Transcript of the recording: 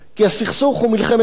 כי הסכסוך הוא מלחמת דת.